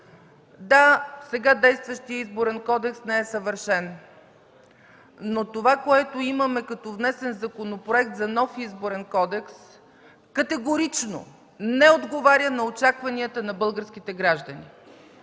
Да, сега действащият Изборен кодекс не е съвършен. Но това, което имаме като внесен законопроект за нов Изборен кодекс, категорично не отговаря на очакванията на българските граждани.